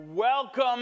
Welcome